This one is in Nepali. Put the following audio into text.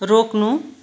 रोक्नु